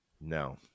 no